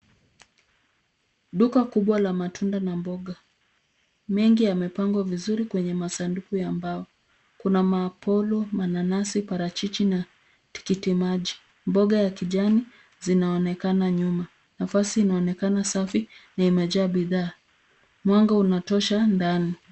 Duka kubwa la matunda na mboga, mengi yamepangwa vizuri kwenye masanduku ya mbao. Kuna maapolo, mananasi, parachichi na tikiti maji. Mboga ya kijani zinaonekana nyuma. Nafasi inaonekana safi na imejaa bidhaa. Mwanga unatosha ndani.